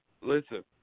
listen